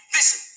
Listen